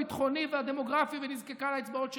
הביטחוני והדמוגרפי, ונזקקה לאצבעות שלנו.